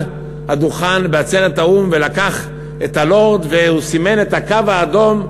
הדוכן בעצרת האו"ם ולקח את ה"לורד" וסימן את הקו האדום,